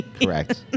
Correct